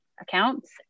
accounts